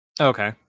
Okay